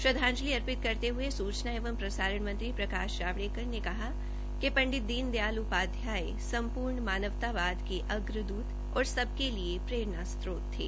श्रद्वांजलि अर्पित करते हये सूचना एवं प्रसारण मंत्री प्रकाश जवाड़ेकर ने कहा कि पंडित दीन दयाल उपाध्याय सम्पूर्ण मानवतावाद के अग्र दूत और सबके लिए प्ररेणास्त्रोत थे